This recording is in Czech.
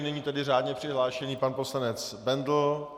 Nyní tedy řádně přihlášený pan poslanec Bendl.